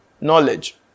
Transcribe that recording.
knowledge